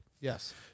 Yes